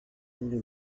voulez